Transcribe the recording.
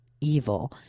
evil